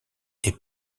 est